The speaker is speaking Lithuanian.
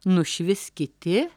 nušvis kiti